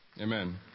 Amen